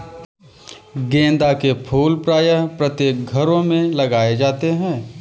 गेंदा के फूल प्रायः प्रत्येक घरों में लगाए जाते हैं